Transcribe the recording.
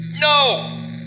No